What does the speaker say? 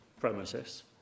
premises